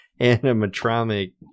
animatronic